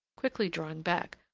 quickly drawing back.